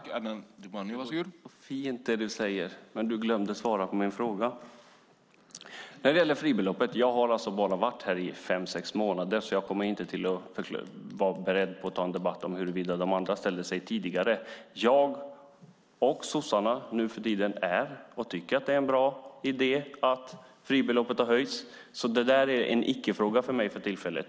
Herr talman! Det du, Oskar Öholm, säger låter fint. Men du glömde att svara på min fråga. När det gäller fribeloppet: Jag har bara varit med här i fem sex månader så jag är inte beredd att ta en debatt om hur de andra tidigare ställt sig till detta. Jag och sossarna nu för tiden tycker att det höjda fribeloppet är en bra idé, så för tillfället är det för mig en icke-fråga.